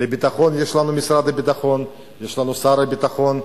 לביטחון יש לנו משרד הביטחון, יש לנו שר הביטחון,